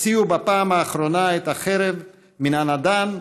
הוציאו בפעם האחרונה את החרב מן הנדן,